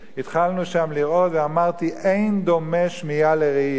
התחלנו שם לרעוד ואמרתי: אין דומה שמיעה לראייה.